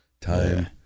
time